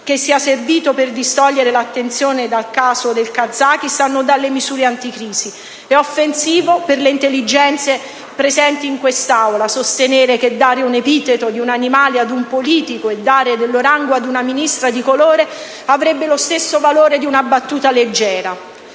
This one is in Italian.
che sia servito per distogliere l'attenzione dal caso del Kazakistan o dalle misure anticrisi. È offensivo per le intelligenze presenti in quest'Aula sostenere che dare un epiteto di un animale ad un politico e dare dell'orango ad una Ministra di colore avrebbero lo stesso valore di una battuta leggera.